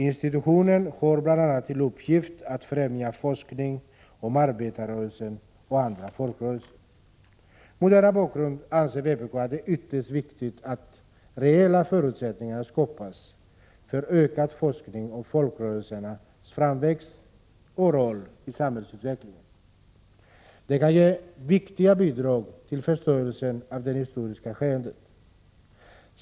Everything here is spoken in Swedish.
Institutionen har bl.a. till uppgift att främja forskning om arbetarrörelsen och andra folkrörelser. Mot denna bakgrund anser vpk att det är ytterst viktigt att reella förutsättningar skapas för ökad forskning om folkrörelsernas framväxt och roll i samhällsutvecklingen, vilket kan ge viktiga bidrag till förståelsen av det historiska skeendet.